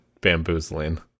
bamboozling